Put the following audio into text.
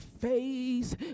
face